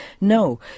No